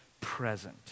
Present